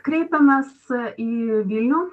kreipėmės į vilnių